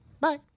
Bye